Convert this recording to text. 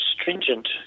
stringent